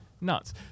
Nuts